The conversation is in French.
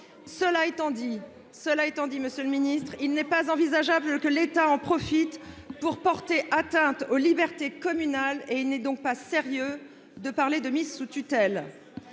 Cela étant dit, il n'est pas envisageable, monsieur le ministre, que l'État en profite pour porter atteinte aux libertés communales. Il n'est donc pas sérieux de parler de mise sous tutelle.